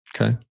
Okay